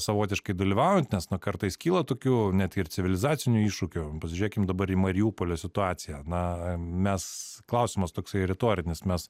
savotiškai dalyvaujant nes na kartais kyla tokių netgi ir civilizacinių iššūkių pasižiūrėkim dabar į mariupolio situaciją na mes klausimas toksai retorinis mes